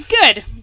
good